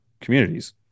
communities